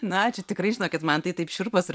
na čia tikrai žinokit man tai taip šiurpas ir